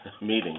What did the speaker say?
meeting